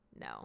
no